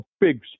big